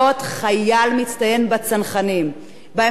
בהמשך הוא הופך להיות מפקד מצטיין בצנחנים.